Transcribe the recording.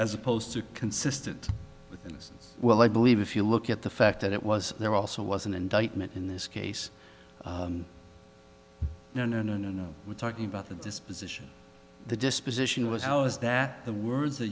as opposed to consistent with innocence well i believe if you look at the fact that it was there also was an indictment in this case no no no no we're talking about the disposition the disposition was how is that the words they